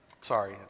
sorry